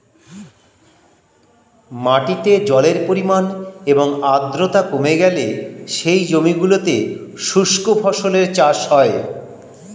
মাটিতে জলের পরিমাণ এবং আর্দ্রতা কমে গেলে সেই জমিগুলোতে শুষ্ক ফসলের চাষ হয়